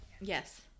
Yes